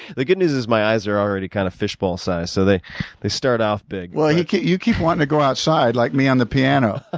the good news is my eyes are already kind of fishbowl size so they they start off big. you keep you keep wanting to go outside, like me on the piano. ah